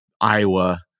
Iowa